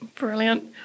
Brilliant